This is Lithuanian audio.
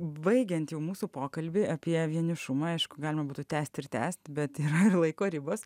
baigiant jau mūsų pokalbį apie vienišumą aišku galima būtų tęst ir tęst bet yra ir laiko ribos